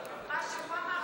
מה שהוא אמר,